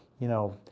you know,